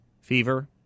Fever